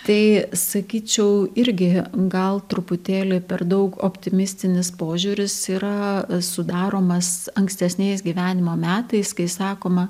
tai sakyčiau irgi gal truputėlį per daug optimistinis požiūris yra sudaromas ankstesniais gyvenimo metais kai sakoma